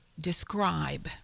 describe